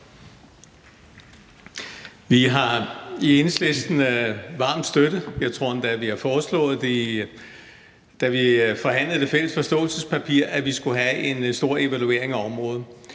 vi har foreslået det, da vi forhandlede det fælles forståelsespapir – at vi skulle have en stor evaluering af området.